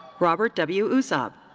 robert w. usab.